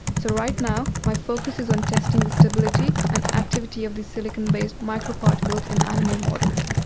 so right now my focus is on testing the stability and activity of these silicon-based micro particles in animal models.